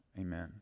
Amen